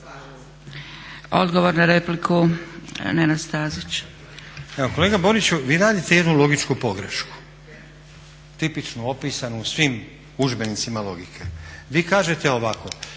Stazić. **Stazić, Nenad (SDP)** Evo kolega Boriću, vi radite jednu logičku pogrešku, tipičnu opisanu u svim udžbenicima logike. Vi kažete ovako.